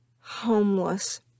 homeless